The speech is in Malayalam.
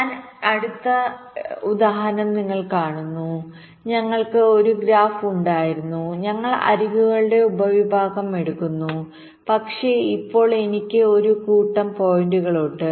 ഞാൻ എടുത്ത ഉദാഹരണം നിങ്ങൾ കാണുന്നു ഞങ്ങൾക്ക് ഒരു ഗ്രാഫ് ഉണ്ടായിരുന്നു ഞങ്ങൾ അരികുകളുടെ ഉപവിഭാഗം എടുക്കുന്നു പക്ഷേ ഇപ്പോൾ എനിക്ക് ഒരു കൂട്ടം പോയിന്റുകളുണ്ട്